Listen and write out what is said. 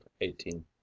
eighteen